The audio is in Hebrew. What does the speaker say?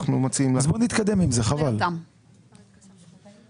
האם את יכולה להסביר איך אתם רואים את הדברים?